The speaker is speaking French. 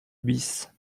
bis